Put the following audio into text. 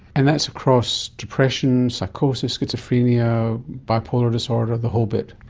and that's across depression, psychosis, schizophrenia, bipolar disorder, the whole bit?